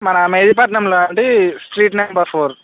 మన మెహదీపట్నంలో అండి స్ట్రీట్ నెంబర్ ఫోర్